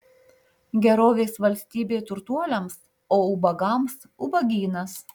gerovės valstybė turtuoliams o ubagams ubagynas